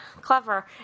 Clever